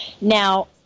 Now